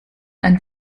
ein